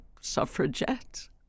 suffragettes